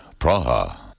Praha